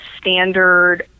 standard